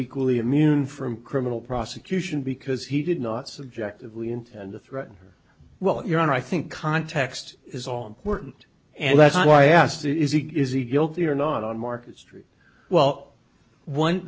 equally immune from criminal prosecution because he did not subjectively intend to threaten her well your honor i think context is all important and that's why i asked is he is he guilty or not on market street well one